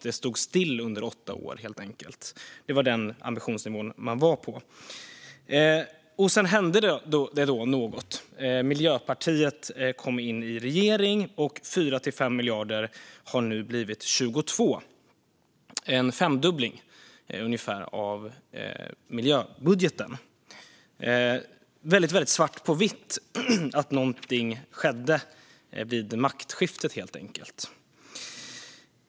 Det stod helt enkelt still under åtta år. Det var den ambitionsnivå man låg på. Sedan hände något: Miljöpartiet kom in i regeringen, och 4-5 miljarder har nu blivit 22 miljarder. Det är ungefär en femdubbling av miljöbudgeten. Det visar svart på vitt att någonting skedde vid maktskiftet.